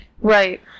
Right